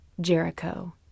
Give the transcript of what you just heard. Jericho